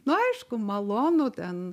nu aišku malonu ten